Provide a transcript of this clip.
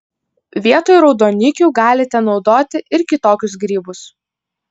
vietoj raudonikių galite naudoti ir kitokius grybus